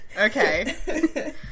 Okay